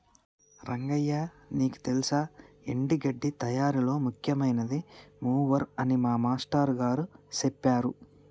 రంగయ్య నీకు తెల్సా ఎండి గడ్డి తయారీలో ముఖ్యమైనది మూవర్ అని మా మాష్టారు గారు సెప్పారు